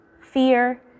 Fear